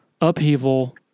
upheaval